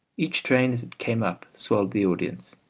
each train as it came up swelled the audience.